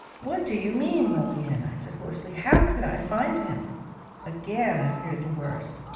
what do you mean, lilian i said hoarsely. how could i find him again i feared the worst.